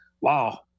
Wow